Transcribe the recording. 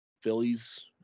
Phillies